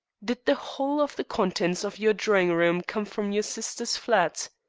did the whole of the contents of your drawing-room come from your sister's flat?